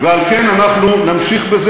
ועל כן אנחנו נמשיך בזה.